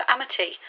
Amity